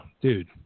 dude